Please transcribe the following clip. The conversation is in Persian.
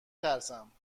ترسم